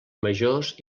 majors